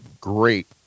great